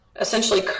essentially